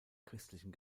christlichen